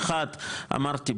אמרתי,